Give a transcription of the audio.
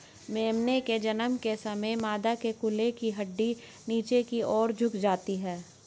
मेमने के जन्म के समय मादा के कूल्हे की हड्डी नीचे की और झुक जाती है